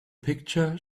picture